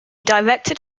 directed